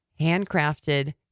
handcrafted